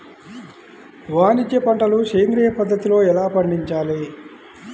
వాణిజ్య పంటలు సేంద్రియ పద్ధతిలో ఎలా పండించాలి?